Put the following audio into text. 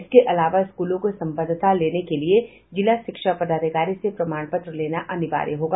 इसके तहत स्कूलों को संबद्धता लेने के लिए जिला शिक्षा पदाधिकारी से प्रमाण पत्र लेना अनिवार्य होगा